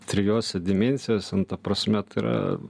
trijose dimensijose nu ta prasme tai yra